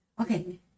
okay